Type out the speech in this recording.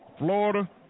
Florida